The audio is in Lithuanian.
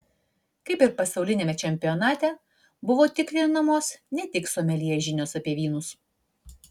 kaip ir pasauliniame čempionate buvo tikrinamos ne tik someljė žinios apie vynus